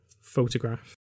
photograph